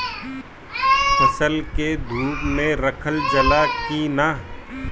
फसल के धुप मे रखल जाला कि न?